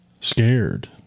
Scared